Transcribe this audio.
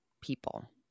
people